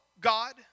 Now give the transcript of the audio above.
God